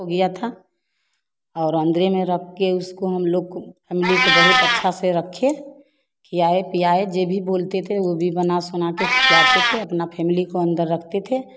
हो गिया था और अंदरे में रख कर उसको हम लोग फैमली को बहुत अच्छा से रखे खिलाए पिलाए जे भी बोलते थे वह भी बना सोना के खियाते थे अपना फैमली को अंदर रखते थे